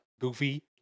goofy